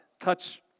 Touch